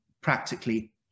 practically